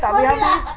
sundilah